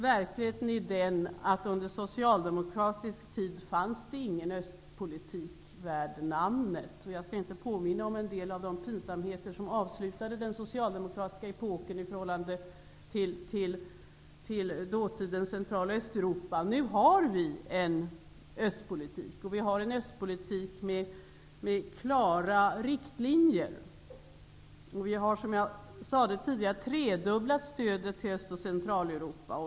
Verkligheten är den att det under socialdemokratisk tid inte fördes någon östpolitik värd namnet. Jag skall inte påminna om en del av de pinsamheter som avslutade den socialdemokratiska epoken i förhållande till dåtidens Central och Östeuropa. Nu för vi en östpolitik med klara riktlinjer. Som jag sade tidigare har vi tredubblat stödet till Central och Östeuropa.